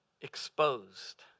exposed